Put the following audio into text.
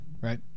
right